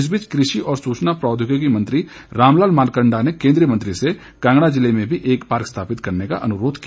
इस बीच कृषि और सूचना प्रौद्योगिकी मंत्री रामलाल मार्कण्डा ने केंद्रीय मंत्री से कांगड़ा जिले में भी एक पार्क स्थापित करने का अनुरोध किया